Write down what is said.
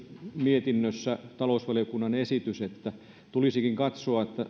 talousvaliokunnan esitys että tulisikin